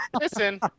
listen